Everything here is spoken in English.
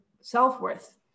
self-worth